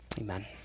Amen